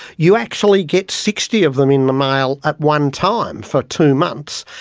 you actually get sixty of them in the mail at one time for two months,